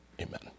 Amen